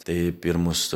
tai pirmus